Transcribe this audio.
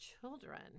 children